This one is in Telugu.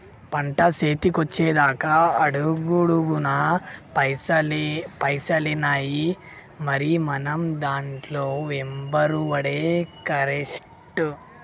పంట సేతికొచ్చెదాక అడుగడుగున పైసలేనాయె, మరి మనం దాంట్ల మెంబరవుడే కరెస్టు